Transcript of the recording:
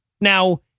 Now